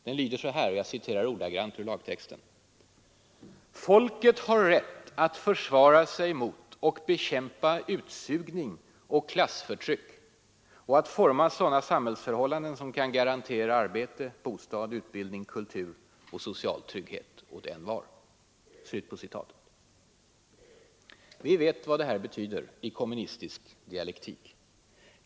Den lyder så här: ”Folket har rätt att försvara sig mot och bekämpa utsugning och klassförtryck och att forma sådana samhällsförhållanden, som kan garantera arbete, bostad, utbildning, kultur och social trygghet åt envar.” Vi vet vad det betyder i kommunistisk dialektik.